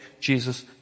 Jesus